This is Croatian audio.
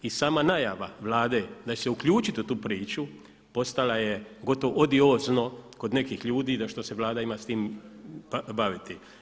I sama najava Vlade da će se uključiti u tu priču postala je gotovo odijozno kod nekih ljudi da što se Vlada ima s time baviti.